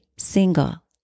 single